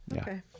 Okay